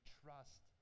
trust